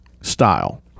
style